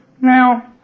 Now